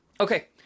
okay